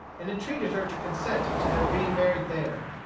and entreated her to consent to their being married there.